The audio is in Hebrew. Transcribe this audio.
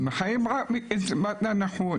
הם חיים רק מקצבת הנכות.